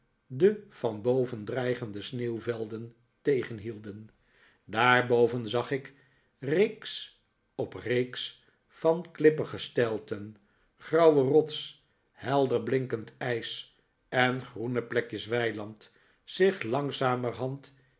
de van boven dreigende sneeuwvelden tegenhielden daar boven zag ik reeks op reeks van klippige steilten grauwe rots helder blinkend ijs en groene plekjes weiland zich langzamerhand